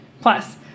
Plus